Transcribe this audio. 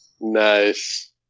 Nice